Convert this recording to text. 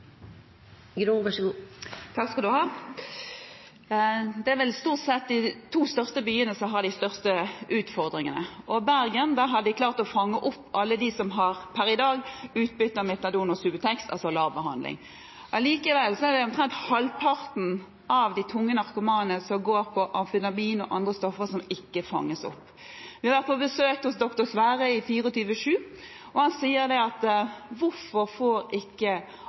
Grung. Det er vel stort sett de to største byene som har de største utfordringene, og i Bergen har man klart å fange opp alle dem som per i dag har utbytte av metadon og Subutex, altså lavbehandling. Allikevel er det omtrent halvparten av de tungt narkomane som går på amfetamin og andre stoffer, som ikke fanges opp. Vi har vært på besøk hos doktor Sverre fra 24/7, og han spør: Hvorfor får ikke